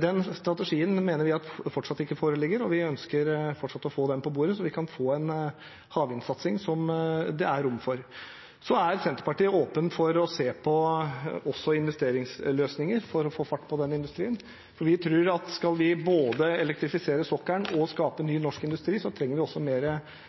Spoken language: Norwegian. Den strategien mener vi fortsatt ikke foreligger, og vi ønsker fortsatt å få den på bordet så vi kan få en havvindsatsing som det er rom for. Så er Senterpartiet åpne for også å se på investeringsløsninger for å få fart på denne industrien. Vi tror at skal vi både elektrifisere sokkelen og skape ny norsk industri, trenger vi også